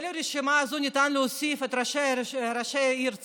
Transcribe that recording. אל הרשימה הזאת ניתן להוסיף את ראשי העיר צפת,